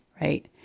right